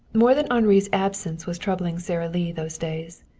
more than henri's absence was troubling sara lee those days.